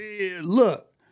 Look